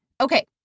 Okay